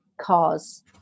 cause